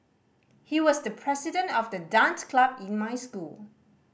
he was the president of the dance club in my school